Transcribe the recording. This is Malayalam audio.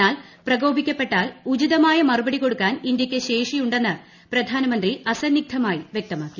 എന്നാൽ പ്രകോപിക്കപ്പെട്ടാൽ ഉചിതമായ മറുപട്ടി ് കൊടുക്കാൻ ഇന്തൃക്ക് ശേഷിയുണ്ടെന്ന് പ്രധാനമന്ത്രി അസ്ത്രിഗ്ദ്ധ്മായി വൃക്തമാക്കി